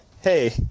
Hey